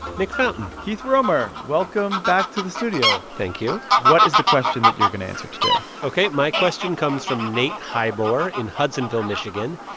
nick fountain keith romer, welcome back to the studio thank you what is the question that you're going to answer today? ok. my question comes from nate hibore in hudsonville, mich,